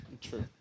True